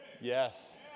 Yes